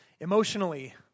Emotionally